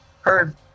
Heard